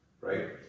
right